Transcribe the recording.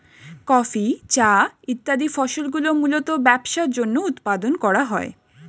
coffee, চা ইত্যাদি ফসলগুলি মূলতঃ ব্যবসার জন্য উৎপাদন করা হয়